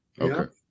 Okay